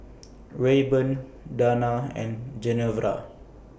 Rayburn Dana and Genevra